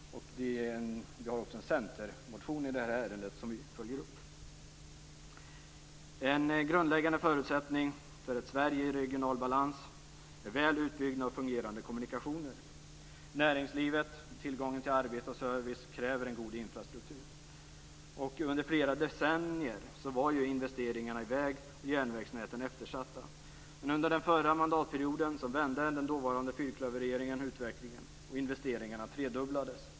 Det finns också en centermotion i detta ärende som vi följer upp. En grundläggande förutsättning för ett Sverige i regional balans är väl utbyggda och fungerande kommunikationer. Näringslivet, tillgången till arbete och service kräver en god infrastruktur. Under flera decennier var investeringarna i väg och järnvägsnäten eftersatta. Under den förra mandatperioden vände den dåvarande fyrklöverregeringen utvecklingen, och investeringarna tredubblades.